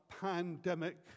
pandemic